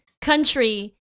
country